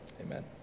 Amen